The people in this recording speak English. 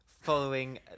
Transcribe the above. following